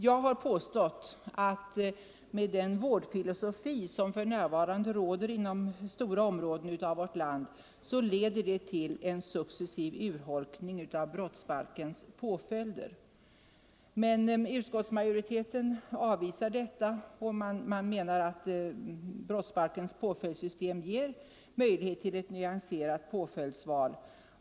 Jag har påstått att den vårdfilosofi som för närvarande råder inom stora områden av vårt land leder till en successiv urholkning av brottsbalkens påföljder. Utskottsmajoriteten avvisar detta och menar att brottsbalkens påföljdssystem ger möjlighet till ett nyanserat påföljdsval.